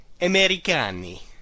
Americani